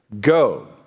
go